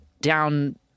down